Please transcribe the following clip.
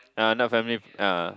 ah not family ah